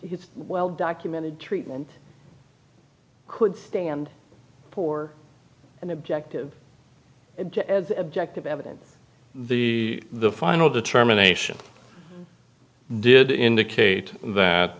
his well documented treatment could stand poor and objective and just as objective evidence the the final determination did indicate that